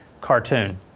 cartoon